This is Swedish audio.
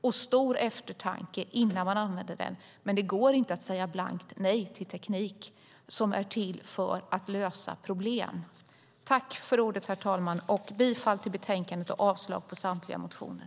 Och det ska vara stor eftertanke innan man använder det. Men det går inte att säga blankt nej till teknik som är till för att lösa problem. Jag yrkar bifall till förslaget i betänkandet och avslag på samtliga motioner.